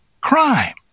Crime